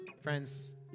Friends